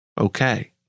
okay